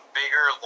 bigger